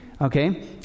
Okay